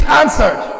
answered